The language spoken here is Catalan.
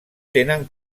tenen